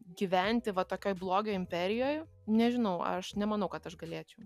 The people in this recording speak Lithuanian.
gyventi va tokioj blogio imperijoj nežinau aš nemanau kad aš galėčiau